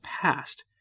past